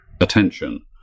attention